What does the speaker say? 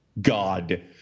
God